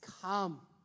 come